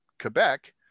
Quebec